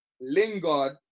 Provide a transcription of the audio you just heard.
Lingard